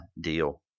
deal